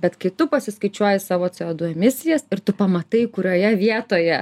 bet kai tu pasiskaičiuoji savo c o du emisijas ir tu pamatai kurioje vietoje